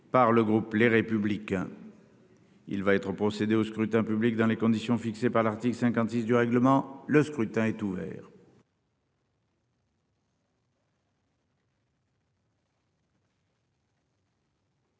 du groupe Les Républicains. Il va être procédé au scrutin dans les conditions fixées par l'article 56 du règlement. Le scrutin est ouvert.